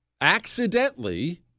accidentally